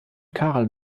carl